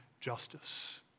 justice